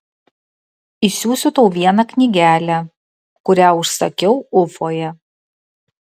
išsiųsiu tau vieną knygelę kurią užsakiau ufoje